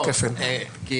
אני